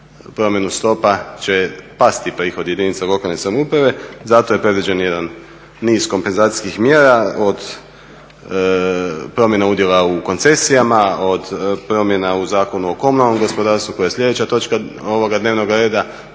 promjenu stopa će pasti prihod jedinica lokalne samouprave. Zato je predviđen jedan niz kompenzacijskih mjera od promjena udjela u koncesijama od promjenama u Zakonu o komunalnom gospodarstvu koja je sljedeća točka ovoga dnevnoga rada